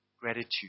gratitude